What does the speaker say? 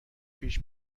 پیش